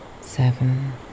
Seven